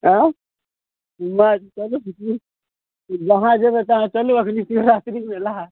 आँय इलाज चलै छै की जहाँ जेबै तहाँ चलु अखनी शिवरात्रि मेला हय